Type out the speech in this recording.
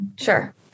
sure